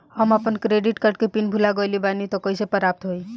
हम आपन credit card के पिन भुला गइल बानी त कइसे प्राप्त होई?